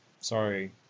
Sorry